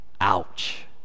Ouch